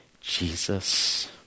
Jesus